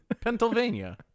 Pennsylvania